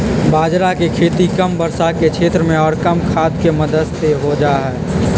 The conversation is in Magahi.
बाजरा के खेती कम वर्षा के क्षेत्र में और कम खाद के मदद से हो जाहई